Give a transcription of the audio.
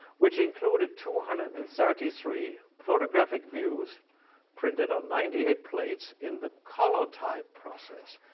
which included two hundred and thirty three photographic views printed on ninety eight plates in the collotype process,